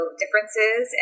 differences